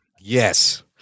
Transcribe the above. Yes